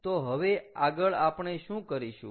તો હવે આગળ આપણે શું કરીશું